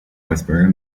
whisperer